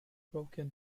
broken